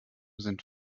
sind